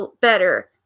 better